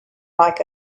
like